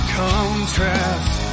contrast